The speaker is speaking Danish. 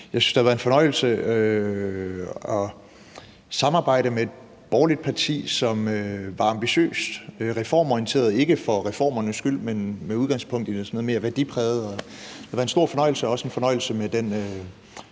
Jeg synes, det har været en fornøjelse at samarbejde med et borgerligt parti, som er ambitiøst og reformorienteret – og ikke for reformernes skyld, men med udgangspunkt i noget mere værdipræget. Det har været en stor fornøjelse og også en fornøjelse med den